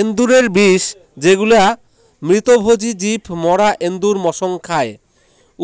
এন্দুরের বিষ যেগুলা মৃতভোজী জীব মরা এন্দুর মসং খায়,